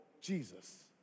Jesus